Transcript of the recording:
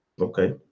Okay